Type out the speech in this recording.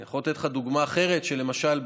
אני יכול לתת לך דוגמה אחרת: למשל,